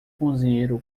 cozinheiro